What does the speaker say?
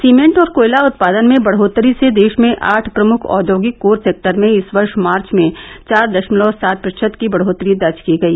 cement और कोयला उत्पादन में बढ़ोत्तरी से देश में आठ प्रमुख औद्योगिक कोर सेक्टर में इस वर्ष मार्च में चार दशमलव सात प्रतिशत की बढ़ोत्तरी दर्ज की गई